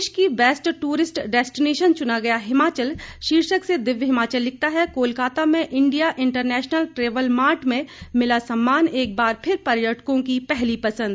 देश की best tourist destination चुना गया हिमाचल शीर्षक से दिव्य हिमाचल लिखता है कोलकाता में इंडिया इंटरनेशनल ट्रैवल मार्ट में मिला सम्मान एक बार फिर पर्यटकों की पहली पसंद